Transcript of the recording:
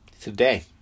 today